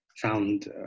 found